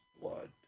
blood